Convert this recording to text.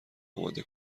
اماده